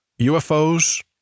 UFOs